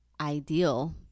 ideal